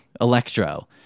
Electro